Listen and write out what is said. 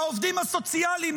לעובדים הסוציאליים,